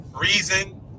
reason